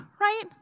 right